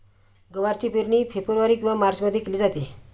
गवारची पेरणी फेब्रुवारी किंवा मार्चमध्ये केली जाते